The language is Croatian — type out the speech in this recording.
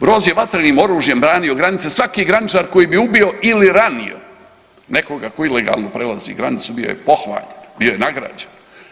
Broz je vatrenim oružjem branio granice, svaki graničar koji bi ubio ili ranio nekoga tko ilegalno prelazi granicu, bio je pohvaljen, bio je nagrađen.